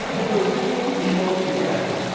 but it was i mean mostly by accident.